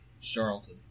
Charlton